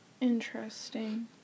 interesting